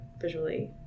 visually